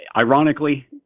ironically